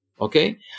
okay